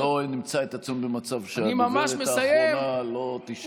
שלא נמצא את עצמנו במצב שלדוברת האחרונה לא יישאר זמן.